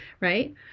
right